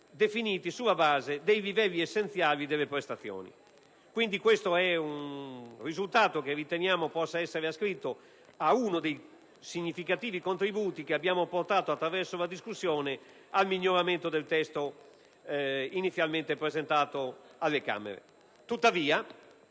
definiti sulla base dei livelli essenziali delle prestazioni. Questo è un risultato che riteniamo possa essere ascritto ad uno dei significativi contributi che abbiamo portato nella discussione, che hanno determinato il miglioramento del testo inizialmente presentato alle Camere.